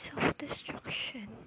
self-destruction